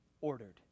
ordered